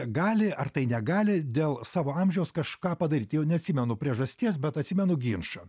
gali ar tai negali dėl savo amžiaus kažką padaryt jau neatsimenu priežasties bet atsimenu ginčą